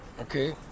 Okay